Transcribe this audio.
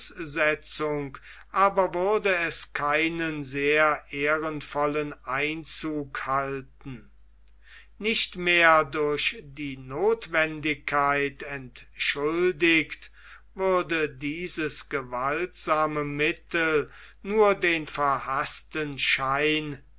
voraussetzung aber würde es keinen sehr ehrenvollen einzug halten nicht mehr durch die notwendigkeit entschuldigt würde dieses gewaltsame mittel nur den verhaßten schein